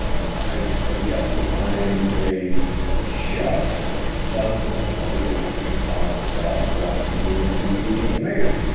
i have yet to find a chef that doesn't know you don't make pasta sauce without peeling and de-seeding tomatoes.